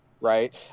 right